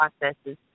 processes